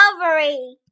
discovery